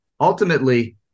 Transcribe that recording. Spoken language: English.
ultimately